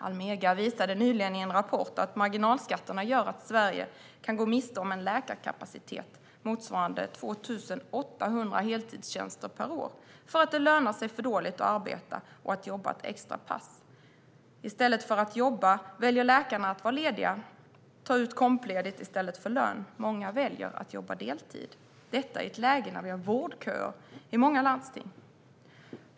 Almega visade nyligen i en rapport att marginalskatterna gör att Sverige kan gå miste om en läkarkapacitet motsvarande 2 800 heltidstjänster per år för att det lönar sig för dåligt att arbeta och att jobba ett extra pass. I stället för att jobba väljer läkarna att vara lediga eller ta ut kompledigt i stället för lön. Många väljer att jobba deltid - detta i ett läge när det är vårdköer i många landsting.